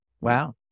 Wow